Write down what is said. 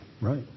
Right